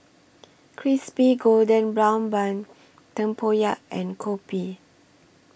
Crispy Golden Brown Bun Tempoyak and Kopi